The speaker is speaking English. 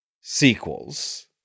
sequels